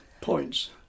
points